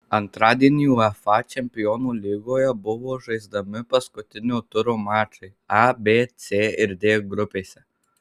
antradienį uefa čempionų lygoje buvo žaidžiami paskutinio turo mačai a b c ir d grupėse